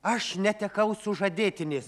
aš netekau sužadėtinės